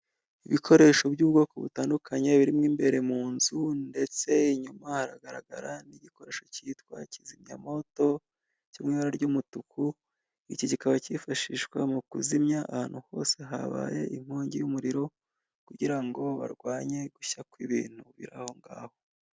Ibikoresho by'ubwoko butandukanye birimo imbere mu nzu ndetse inyuma haragaragara n'igikoresho cyitwa kizimyamowoto kiri mu ibara ry'umutuku, iki kikaba cyifashishwa mu kuzimya ahantu hose habaye inkongi y'umuriro kugira ngo barwanye gushya kw'ibintu biri ahongaho.